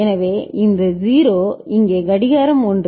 எனவே இந்த 0 இங்கே கடிகாரம் 1